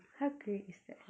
how great is that